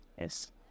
Yes